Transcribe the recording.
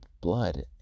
blood